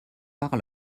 par